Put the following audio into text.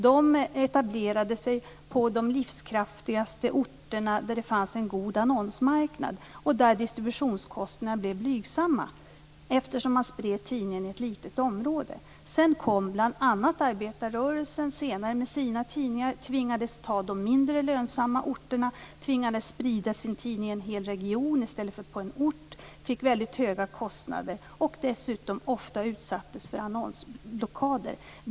De etablerade sig på de livskraftigaste orterna där det fanns en god annonsmarknad och där distributionskostnaderna var blygsamma, eftersom tidningen spreds på ett litet område. Sedan kom bl.a. arbetarrörelsen med sina tidningar och tvingades etablera sig på de mindre lönsamma orterna. Man tvingades att sprida sin tidning i en hel region i stället för på en ort. Kostnaderna blev höga samtidigt som man ofta utsattes för annonsblockader.